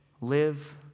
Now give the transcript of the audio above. live